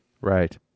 Right